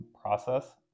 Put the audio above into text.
process